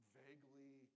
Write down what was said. vaguely